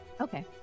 Okay